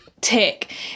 Tick